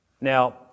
Now